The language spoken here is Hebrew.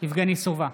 יבגני סובה,